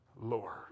Lord